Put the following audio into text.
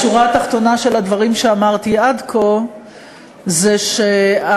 השורה התחתונה של הדברים שאמרתי עד כה היא שההחלטה,